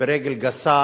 ברגל גסה